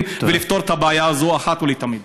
האלה ולפתור את הבעיה הזאת אחת ולתמיד.